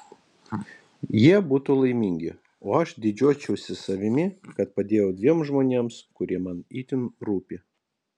jie būtų laimingi o aš didžiuočiausi savimi kad padėjau dviem žmonėms kurie man itin rūpi